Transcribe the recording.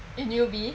in U_B